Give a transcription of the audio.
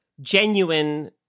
genuine